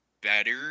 better